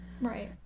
Right